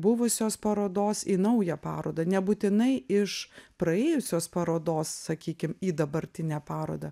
buvusios parodos į naują parodą nebūtinai iš praėjusios parodos sakykim į dabartinę parodą